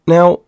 Now